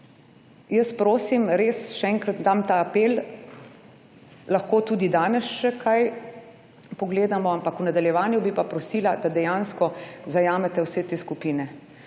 jaz prosim res, še enkrat, dam ta apel, lahko tudi danes še kaj pogledamo, ampak v nadaljevanju bi pa prosila, da dejansko zajamete vse te skupine.